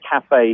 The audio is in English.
cafe